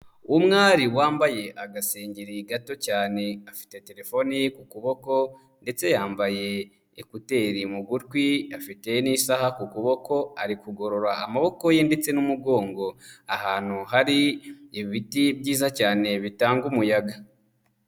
Umwari wambaye agasengeri gato cyane afite telefone ye ku kuboko ndetse yambaye ekuteri mu gutwi, afite n'isaha ku kuboko ari kugorora amaboko ye ndetse n'umugongo ahantu hari ibiti byiza cyane bitanga umuyaga.